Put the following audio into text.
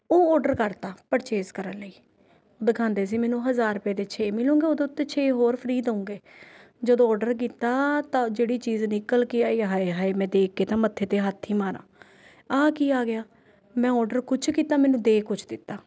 ਉਹ ਔਡਰ ਕਰਤਾ ਪ੍ਰਚੇਸ ਕਰਨ ਲਈ ਦਿਖਾਉਂਦੇ ਸੀ ਮੈਨੂੰ ਹਜ਼ਾਰ ਰੁਪਏ ਦੇ ਛੇ ਮਿਲੂੰਗੇ ਉਹਦੇ ਉੱਤੇ ਛੇ ਹੋਰ ਫ੍ਰੀ ਦਊਂਗੇ ਜਦੋ ਔਡਰ ਕੀਤਾ ਤਾਂ ਜਿਹੜੀ ਚੀਜ਼ ਨਿਕਲ ਕੇ ਆਈ ਆਏ ਹਾਏ ਮੈਂ ਦੇਖ ਕੇ ਤਾਂ ਮੱਥੇ 'ਤੇ ਹੱਥ ਹੀ ਮਾਰਾਂ ਆਹ ਕੀ ਆ ਗਿਆ ਮੈਂ ਔਰਡਰ ਕੁਛ ਕੀਤਾ ਮੈਨੂੰ ਦੇ ਕੁਛ ਦਿੱਤਾ